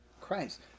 Christ